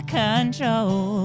control